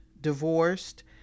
divorced